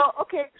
okay